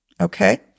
Okay